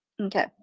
okay